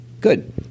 Good